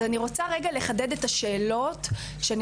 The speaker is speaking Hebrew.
אז אני רוצה רגע לחדד את השאלות שאני